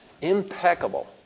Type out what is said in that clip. impeccable